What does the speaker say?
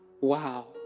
Wow